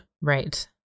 Right